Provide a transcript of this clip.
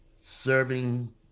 serving